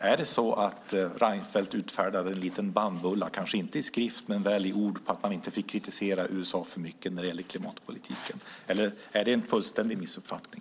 Är det så att Reinfeldt utfärdade en liten bannbulla, kanske inte i skrift men väl i ord, att man inte fick kritisera USA för mycket när det gäller klimatpolitiken. Eller är det kanske en fullständig missuppfattning?